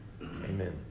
Amen